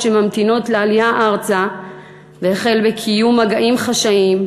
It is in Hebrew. שממתינות לעלייה ארצה והחל בקיום מגעים חשאיים.